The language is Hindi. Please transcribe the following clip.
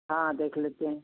हाँ देख लेते हैं